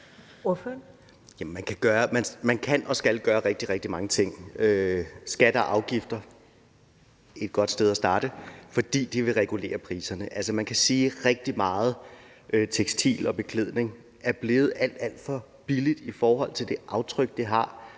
Man kan og skal gøre rigtig, rigtig mange ting. Skatter og afgifter er et godt sted at starte, fordi det vil regulere priserne. Altså, man kan sige, at rigtig meget tekstil og beklædning er blevet alt, alt for billigt, i forhold til det aftryk det har